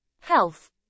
Health